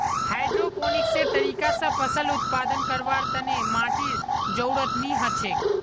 हाइड्रोपोनिक्सेर तरीका स फसल उत्पादन करवार तने माटीर जरुरत नी हछेक